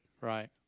Right